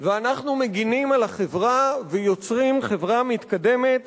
ואנחנו מגינים על החברה ויוצרים חברה מתקדמת